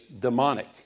demonic